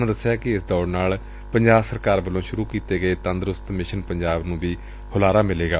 ਉਨ੍ਹਾਂ ਦੱਸਿਆ ਕਿ ਇਸ ਦੌੜ ਨਾਲ ਪੰਜਾਬ ਸਰਕਾਰ ਵੱਲੋਂ ਆਰੰਭੇ ਗਏ ਤੰਦਰੁਸਤ ਮਿਸ਼ਨ ਪੰਜਾਬ ਨੂੰ ਵੀ ਸਾਰਥਿੱਕ ਹੁਲਾਰਾ ਮਿਲੇਗਾ